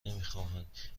نمیخواهند